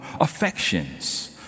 affections